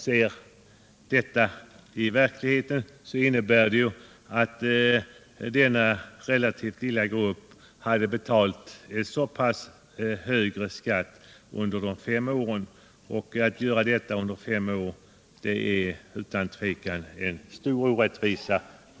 Det innebär i verkligheten att denna relativt lilla grupp hade betalt 100 milj.kr. om året för mycket i skatt under fem år, och detta är utan tvivel en stor orättvisa.